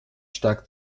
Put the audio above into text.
stark